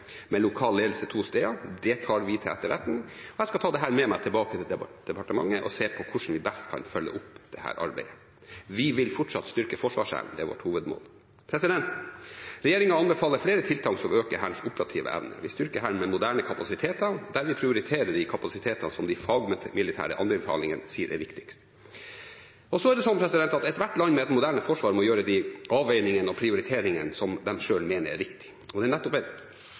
med lokal ledelse to steder. Det tar vi til etterretning, og jeg skal ta dette med meg tilbake til departementet og se på hvordan vi best kan følge opp dette arbeidet. Vi vil fortsatt styrke forsvarsevnen. Det er vårt hovedmål. Regjeringen anbefaler flere tiltak som øker Hærens operative evne. Vi styrker Hæren med moderne kapasiteter, der vi prioriterer de kapasitetene som de fagmilitære anbefalingene sier er viktigst. Ethvert land med et moderne forsvar må gjøre de avveiningene og prioriteringene som de selv mener er viktig, og det er nettopp et